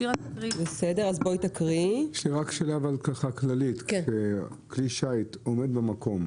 יש לי שאלה כללית: כשכלי שיט עומד במקום